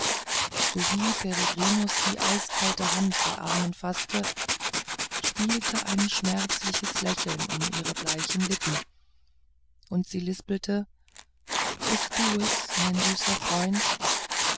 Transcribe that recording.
sowie peregrinus die eiskalte hand der armen faßte spielte ein schmerzliches lächeln um ihre bleichen lippen und sie lispelte bist du es mein süßer freund